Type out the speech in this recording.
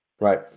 Right